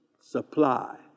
supply